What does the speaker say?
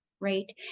right